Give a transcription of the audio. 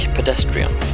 Pedestrian